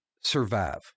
survive